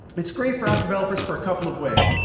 it's great for app developers for a couple of ways.